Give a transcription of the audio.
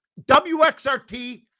WXRT